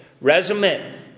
resume